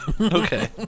okay